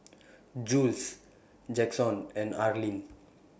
Jules Jaxon and Arlin